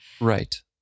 Right